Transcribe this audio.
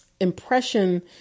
impression